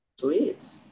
Sweet